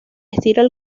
estilo